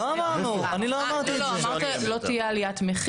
לא אמרנו, אני לא אמרתי את זה.